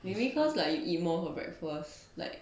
maybe cause like you eat more for breakfast like